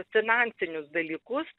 finansinius dalykus